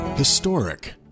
Historic